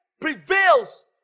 prevails